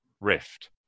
rift